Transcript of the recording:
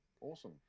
awesome